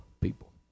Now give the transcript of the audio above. people